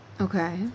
Okay